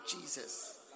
Jesus